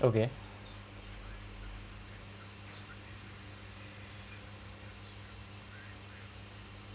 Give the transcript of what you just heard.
okay